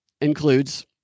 includes